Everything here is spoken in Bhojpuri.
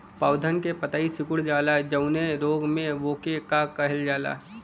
पौधन के पतयी सीकुड़ जाला जवने रोग में वोके का कहल जाला?